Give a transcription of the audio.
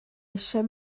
eisiau